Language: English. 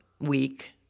week